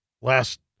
last